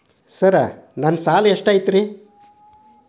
Sir ನನ್ನ ಸಾಲಾ ಎಷ್ಟು ಐತ್ರಿ?